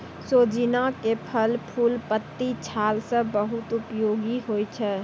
सोजीना के फल, फूल, पत्ती, छाल सब बहुत उपयोगी होय छै